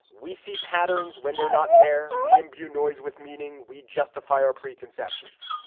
we see patterns when they're not there. we imbue noise with meaning. we justify our preconceptions.